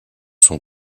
sont